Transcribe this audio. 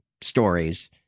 stories